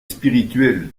spirituel